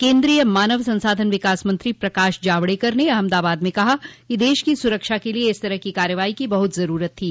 केन्द्रीय मानव संसाधन विकास मंत्री प्रकाश जावड़ेकर ने अहमदाबाद में कहा कि देश की सुरक्षा के लिए इस तरह की कार्रवाई की बहुत जरूरत थी